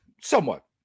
somewhat